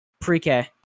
Pre-K